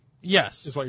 Yes